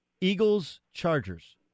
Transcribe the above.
Eagles-Chargers